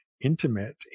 intimate